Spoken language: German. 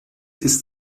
ist